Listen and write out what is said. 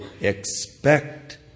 expect